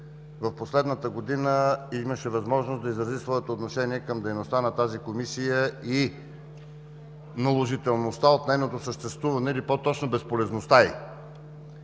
в последната година имаше възможност да изрази своето отношение към дейността на тази Комисия и наложителността от нейното съществуване или по-точно от безполезността ѝ.